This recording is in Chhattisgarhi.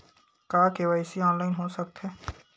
का के.वाई.सी ऑनलाइन हो सकथे?